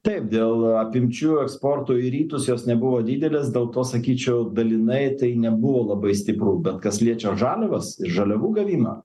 taip dėl apimčių eksporto į rytus jos nebuvo didelės dėl to sakyčiau dalinai tai nebuvo labai stipru bet kas liečia žaliavas ir žaliavų gavimą